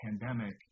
pandemic